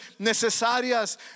necesarias